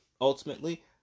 ultimately